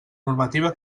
normativa